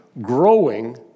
growing